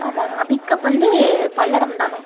ஆமாங்கண்ணா பிக்கப் வந்து பல்லடம் தாண்ணா